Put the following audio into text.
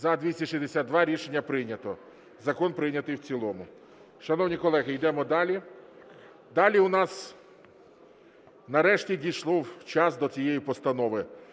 За-262 Рішення прийнято. Закон прийнятий в цілому. Шановні колеги, йдемо далі. Далі в нас, нарешті дійшов час до цієї постанови,